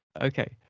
Okay